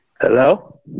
Hello